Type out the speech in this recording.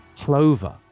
Clover